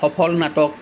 সফল নাটক